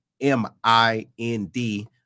M-I-N-D